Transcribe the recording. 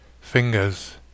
fingers